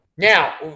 Now